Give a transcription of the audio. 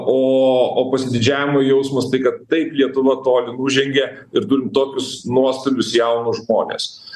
o o pasididžiavimo jausmas tai kad taip lietuva toli nužengė ir turim tokius nuostabius jaunus žmones